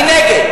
אני נגד.